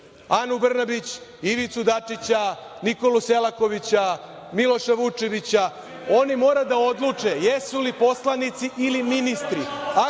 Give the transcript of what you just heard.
Anu Brnabić, Ivicu Dačića, Nikolu Selakovića, Miloša Vučevića, oni mora da odluče jesu li poslanici ili ministri.